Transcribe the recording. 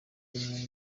rimwe